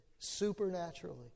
Supernaturally